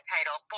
Title